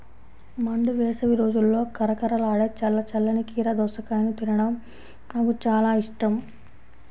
మండు వేసవి రోజుల్లో కరకరలాడే చల్ల చల్లని కీర దోసకాయను తినడం నాకు చాలా ఇష్టం